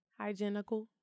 hygienical